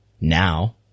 now